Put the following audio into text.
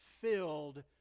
filled